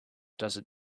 doesn’t